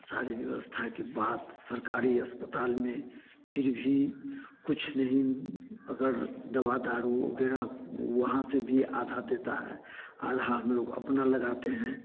सारे व्यवस्था के बाद सरकारी अस्पताल में फिर भी कुछ नहीं अगर दवा दारू वगैरह वहाँ से भी आधा देता है आधा हम लोग अपना लगाते हैं